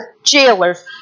jailers